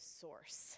source